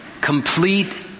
complete